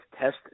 test